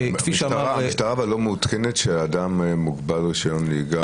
המשטרה לא מעודכנת שאדם הוא מוגבל רישיון נהיגה?